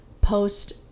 post-